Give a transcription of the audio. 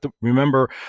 remember